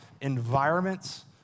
environments